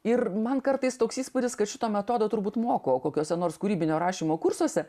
ir man kartais toks įspūdis kad šito metodo turbūt moko kokiuose nors kūrybinio rašymo kursuose